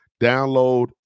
Download